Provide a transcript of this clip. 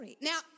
Now